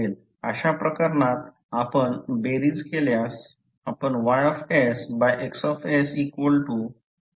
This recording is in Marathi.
अशा प्रकरणात आपण बेरीज केल्यास आपण YX F1 F2 मिळवाल